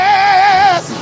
Yes